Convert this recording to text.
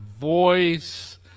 voice